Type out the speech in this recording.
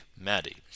maddie